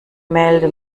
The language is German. melde